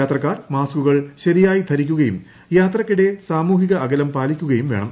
യാത്രക്കാർ മാസ്കുകൾ ശരിയായി ധരിക്കുകയും യാത്രക്കിടെ സാമൂഹിക അകലം പാലിക്കുകയും വേണം